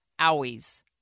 owies